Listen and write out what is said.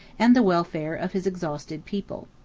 and the welfare of his exhausted people.